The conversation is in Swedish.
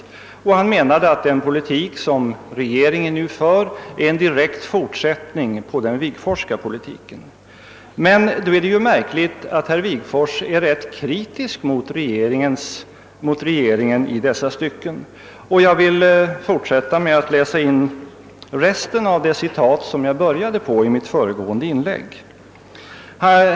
Statsministern menade, att den politik som regeringen nu för, är en direkt fortsättning på den Wigforsska politiken. Men då är det ju märkligt att herr Wigforss är rätt kritisk mot regeringen i dessa stycken. Jag vill fortsätta med att läsa upp resten av det citat, som jag började på i mitt första inlägg.